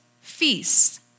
feasts